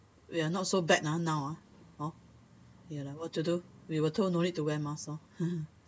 we're not so bad ah now ah hor ya what to do we were told no need to wear mask lor